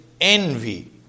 envy